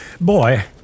Boy